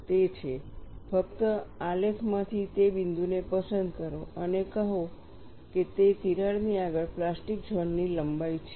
તે છે ફક્ત આલેખમાંથી તે બિંદુને પસંદ કરો અને કહો કે તે તિરાડની આગળ પ્લાસ્ટિક ઝોન ની લંબાઈ છે